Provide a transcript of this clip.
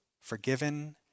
forgiven